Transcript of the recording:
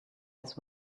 its